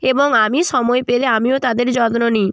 এবং আমি সময় পেলে আমিও তাদের যত্ন নিই